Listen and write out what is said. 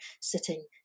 sitting